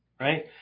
right